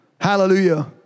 Hallelujah